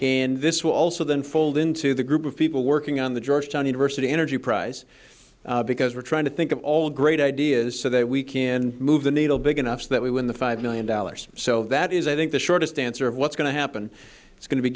this will also then fold into the group of people working on the georgetown university energy prize because we're trying to think of all great ideas so that we can move the needle big enough that we win the five million dollars so that is i think the shortest answer of what's going to happen it's going to be